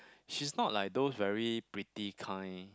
she's not like those very pretty kind